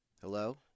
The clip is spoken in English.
Hello